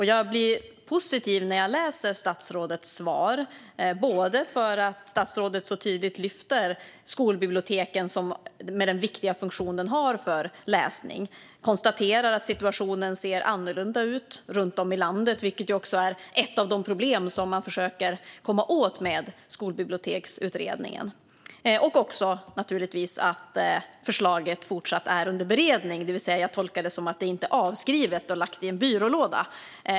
Jag blev positiv när jag hörde statsrådets svar, bland annat för att statsrådet så tydligt lyfte upp den viktiga funktion skolbiblioteken har för läsning och konstaterade att situationen ser annorlunda ut runt om i landet, vilket är ett av de problem man försöker komma åt med Skolbiblioteksutredningen, naturligtvis också för att förslaget fortsatt är under beredning. Jag tolkar det som att förslaget inte är avskrivet och lagt i en byrålåda.